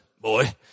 Boy